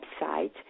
website